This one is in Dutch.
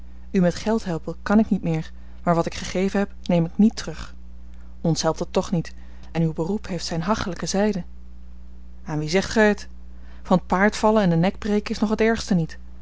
u met geld helpen kan ik niet meer maar wat ik gegeven heb neem ik niet terug ons helpt dat toch niet en uw beroep heeft zijne hachelijke zijde aan wien zegt gij het van t paard vallen en den nek breken is nog het ergste niet